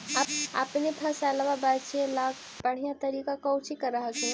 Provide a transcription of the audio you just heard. अपने फसलबा बचे ला बढ़िया तरीका कौची कर हखिन?